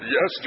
Yes